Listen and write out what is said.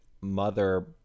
mother